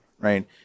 right